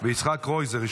ויצחק קרויזר.